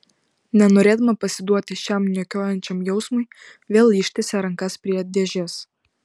nenorėdama pasiduoti šiam niokojančiam jausmui vėl ištiesė rankas prie dėžės